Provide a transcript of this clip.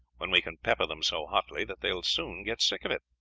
when we can pepper them so hotly that they will soon get sick of it.